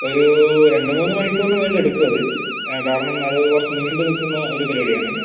ഒരു രണ്ട് മൂന്ന് മണിക്കൂറിന് മേളിൽ എടുക്കും അത് കാരണം അത് കുറച്ച് നീണ്ടുനിൽക്കുന്ന ഒരു പരിപാടിയാണ്